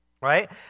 right